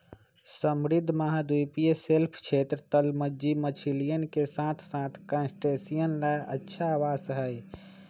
समृद्ध महाद्वीपीय शेल्फ क्षेत्र, तलमज्जी मछलियन के साथसाथ क्रस्टेशियंस ला एक अच्छा आवास हई